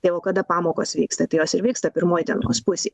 tai o kada pamokos vyksta tai jos ir vyksta pirmoj dienos pusėj